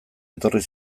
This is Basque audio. etorri